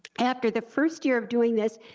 after the first year of doing this,